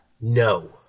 No